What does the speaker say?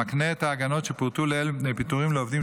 המקנה את ההגנות שפורטו לעיל מפני פיטורים לעובדים